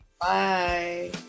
Bye